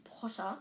Potter